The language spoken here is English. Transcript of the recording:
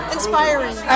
Inspiring